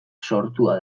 sortua